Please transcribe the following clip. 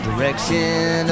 Direction